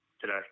today